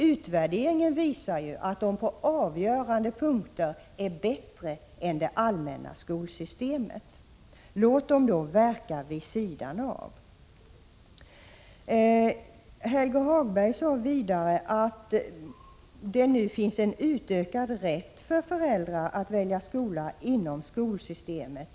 Utvärderingen visar ju att de på avgörande punkter är bättre än det allmänna skolsystemet. Låt dem då verka vid sidan av detta! Helge Hagberg sade vidare att det nu finns en utökad rätt för föräldrar att välja skola inom skolsystemet.